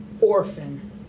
orphan